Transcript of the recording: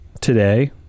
today